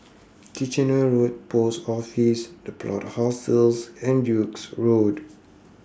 Kitchener Road Post Office The Plot Hostels and Duke's Road